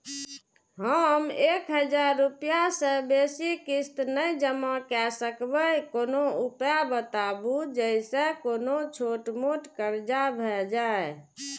हम एक हजार रूपया से बेसी किस्त नय जमा के सकबे कोनो उपाय बताबु जै से कोनो छोट मोट कर्जा भे जै?